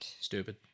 Stupid